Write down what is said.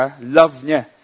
love